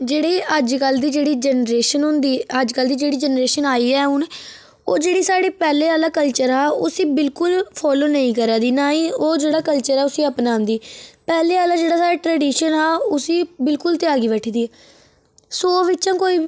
जेह्ड़ी अज्ज कल्ल दी जेह्ड़ी जेनरेशन होंदी अज्ज कल्ल दी जेह्ड़ी जेनरेशन आई ऐ हुन ओह् जेह्ड़ी स्हाड़े पैहले आहला कल्चर हा उसी बिल्कुल फॉलो नेई करा दी ना ही ओह् जेह्ड़ा कल्चर ऐ उसी नेई अपनांदी पैहले आह्ला जेह्ड़ा स्हाड़ा ट्रडीशन हा उसी बिल्कुल त्यागी बैठी दी सौ बिच्चां कोई